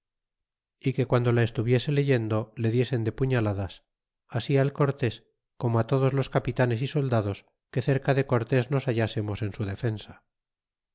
y que guando la estuviese leyendo le diesen de puñaladas así al cortes como á todos los capitanes y soldados que cerca de cortés nos hallásemos en su defensa